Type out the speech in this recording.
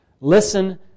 listen